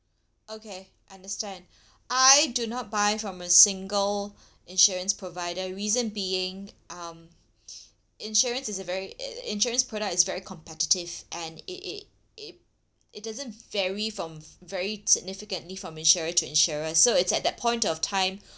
okay understand I do not buy from a single insurance provider reason being um insurance is a very in~ insurance product is very competitive and it it it doesn't vary from very significantly from insurer to insurer so it's at that point of time